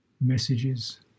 messages